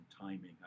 timing